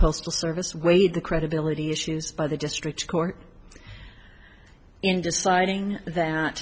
postal service weighed the credibility issues by the district court in deciding that